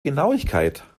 genauigkeit